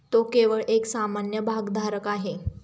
तो केवळ एक सामान्य भागधारक आहे